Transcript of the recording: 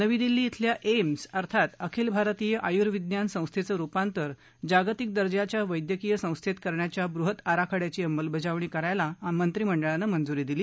नवी दिल्ली खेल्या एम्स अर्थात आखिल भारतीय आयुर्विज्ञान संस्थेचं रुपांतर जागतिक दर्जाच्या वैद्यकीय संस्थेत करण्याच्या बृहत् आरखड्याची अंमलबजावणी करायला मंत्रिमंडळानं मंजुरी दिली